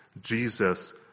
Jesus